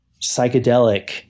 psychedelic